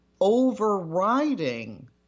overriding